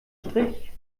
strich